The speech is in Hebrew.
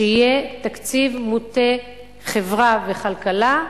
שיהיה תקציב מוטה חברה וכלכלה,